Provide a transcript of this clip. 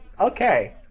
Okay